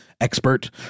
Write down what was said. expert